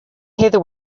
heather